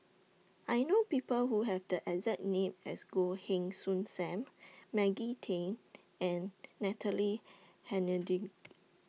I know People Who Have The exact name as Goh Heng Soon SAM Maggie Teng and Natalie Hennedige